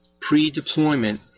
pre-deployment